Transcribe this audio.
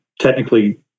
technically